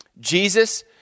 Jesus